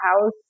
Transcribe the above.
house